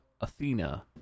athena